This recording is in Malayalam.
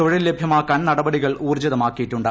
തൊഴിൽ ലഭ്യമാക്കാൻ നടപടികൾ ഊർജി്തമാക്കിയിട്ടുണ്ട്